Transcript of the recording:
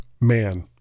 man